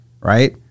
right